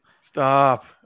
stop